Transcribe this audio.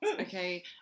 okay